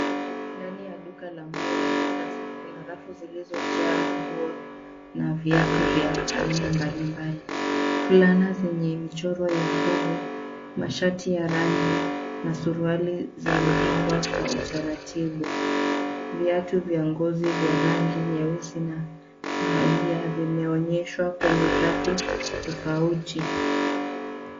Ndani ya duka la nguo la kisasa, kuna rafu zilizojaa nguo na viatu vya Aina mbalimbali. Fulana zenye michoro, mashati ya rangi na suruali zimepangwa Kwa utaratibu. Viatu vya ngozi vya rangi nyeusi na kahawia vimeonyeshwa kwenye rafu tofauti.